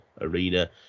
arena